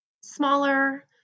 smaller